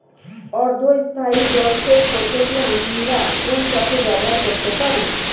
অর্ধ স্থায়ী জলসেচ পদ্ধতি আমরা কোন চাষে ব্যবহার করতে পারি?